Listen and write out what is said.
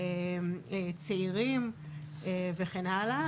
צעירים וכן הלאה.